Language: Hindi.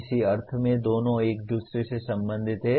किसी अर्थ में दोनों एक दूसरे से संबंधित हैं